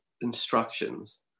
instructions